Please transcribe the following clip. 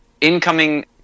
incoming